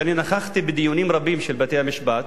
שאני נכחתי בדיונים רבים של בתי-המשפט,